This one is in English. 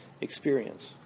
experience